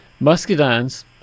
Muscadines